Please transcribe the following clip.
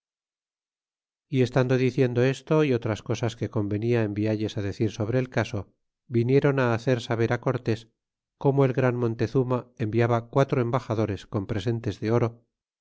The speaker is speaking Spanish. y estando diciendo esto y otras cosas que convenia envialles decir sobre este caso vinieron hacer saber cortés como el gran montezuma enviaba quatro embaxadores con presentes de oro